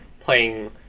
playing